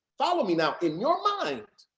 follow me now, in your mind,